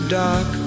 dark